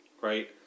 right